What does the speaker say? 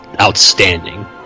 outstanding